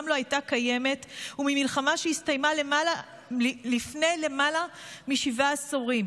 לא הייתה קיימת וממלחמה שהסתיימה לפני למעלה משבעה עשורים,